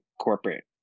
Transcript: corporate